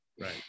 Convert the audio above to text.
Right